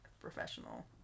professional